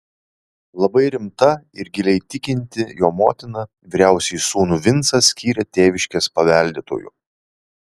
labai rimta ir giliai tikinti jo motina vyriausiąjį sūnų vincą skyrė tėviškės paveldėtoju